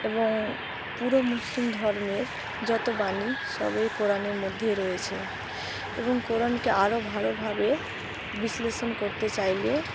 এবং পুরো মুসলিম ধর্মের যত বাণী সবই কোরানের মধ্যেই রয়েছে এবং কোরানকে আরও ভালোভাবে বিশ্লেষণ করতে চাইলে